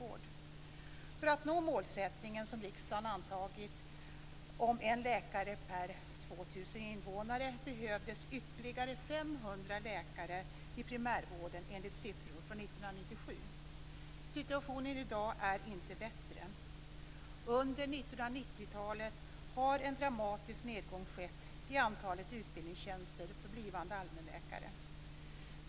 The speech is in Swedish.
För att man skulle nå målsättningen, som riksdagen har antagit, om en läkare per 2 000 invånare behövdes ytterligare 500 läkare i primärvården enligt siffror från 1997. Situationen i dag är inte bättre. Under 1990-talet har en dramatisk nedgång skett i antalet utbildningstjänster för blivande allmänläkare.